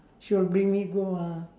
she'll bring me go ah